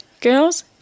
girls